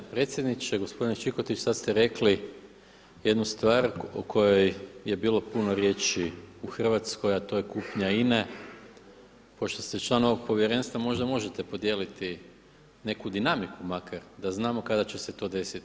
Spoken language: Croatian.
Gospodine Čikotić sada ste rekli jednu stvar o kojoj je bilo puno riječi u Hrvatskoj, a to je kupnja INA-e. pošto ste član ovog povjerenstva možda možete podijeliti neku dinamiku makar da znamo kada će se to desiti.